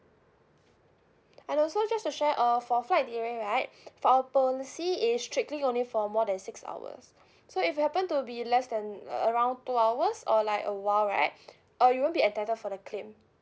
and also just to share uh for flight delay right for our policy is strictly only for more than six hours so if you happen to be less than around two hours or like awhile right uh you won't be entitled for the claim